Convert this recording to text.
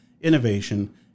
innovation